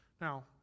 Now